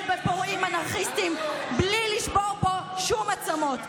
בפורעים אנרכיסטים בלי לשבור פה שום עצמות.